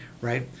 right